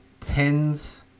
tens